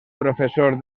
professor